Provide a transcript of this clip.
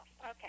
Okay